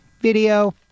video